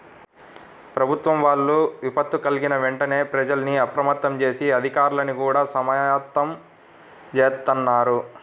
ప్రభుత్వం వాళ్ళు విపత్తు కల్గిన వెంటనే ప్రజల్ని అప్రమత్తం జేసి, అధికార్లని గూడా సమాయత్తం జేత్తన్నారు